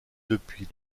depuis